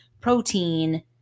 protein